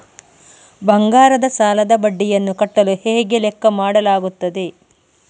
ಬಂಗಾರದ ಸಾಲದ ಬಡ್ಡಿಯನ್ನು ಕಟ್ಟಲು ಹೇಗೆ ಲೆಕ್ಕ ಮಾಡಲಾಗುತ್ತದೆ?